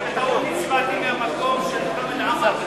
אני בטעות הצבעתי מהמקום של חמד עמאר.